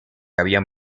habían